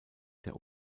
der